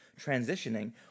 transitioning